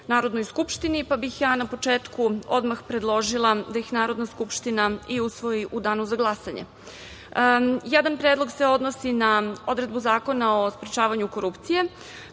Narodnoj Skupštini, pa bih ja na početku odmah predložila da ih Narodna Skupština i usvoji u Danu za glasanje. Jedan predlog se odnosi na odredbu Zakona o sprečavanju korupcije